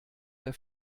der